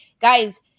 Guys